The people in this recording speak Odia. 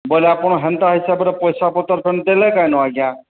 ବୋଇଲେ ଆପଣ ହେନ୍ତା ହିସାବରେ ପଇସା ପତର ଫୁଣି ଦେଲେ କାଇଁ ନ ଆଜ୍ଞା